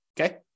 Okay